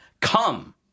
Come